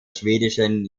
schwedischen